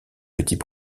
petits